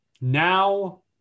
Now